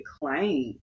claim